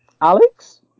Alex